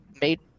made